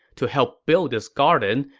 to help build this garden,